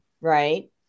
right